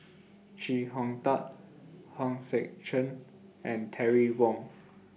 Chee Hong Tat Hong Sek Chern and Terry Wong